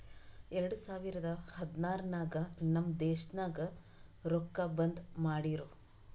ಎರಡು ಸಾವಿರದ ಹದ್ನಾರ್ ನಾಗ್ ನಮ್ ದೇಶನಾಗ್ ರೊಕ್ಕಾ ಬಂದ್ ಮಾಡಿರೂ